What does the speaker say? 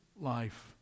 life